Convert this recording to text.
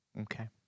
Okay